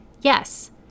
Yes